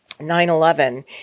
9-11